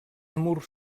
murs